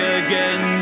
again